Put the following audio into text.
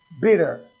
Bitter